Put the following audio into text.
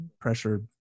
pressure